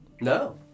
No